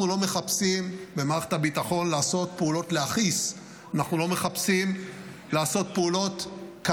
אנחנו במערכת הביטחון לא מחפשים לעשות פעולות להכעיס,